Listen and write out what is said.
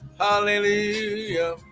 Hallelujah